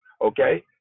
Okay